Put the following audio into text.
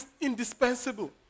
indispensable